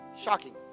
Shocking